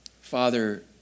Father